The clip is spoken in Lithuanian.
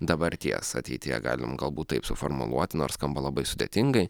dabarties ateityje galim galbūt taip suformuluoti nors skamba labai sudėtingai